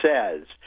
says